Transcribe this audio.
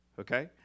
Okay